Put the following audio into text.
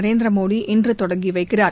நரேந்திர மோடி இன்று தொடங்கி வைக்கிறார்